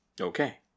okay